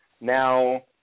Now